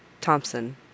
THOMPSON